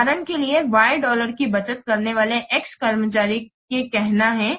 उदाहरण के लिए y डॉलर की बचत करने वाले x कर्मचारियों के कहना है